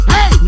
Hey